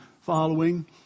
following